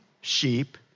sheep